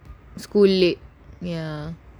school lah ya